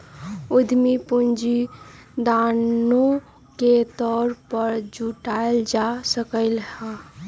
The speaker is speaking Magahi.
उधमी पूंजी दानो के तौर पर जुटाएल जा सकलई ह